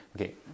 okay